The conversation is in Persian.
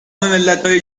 ملتهای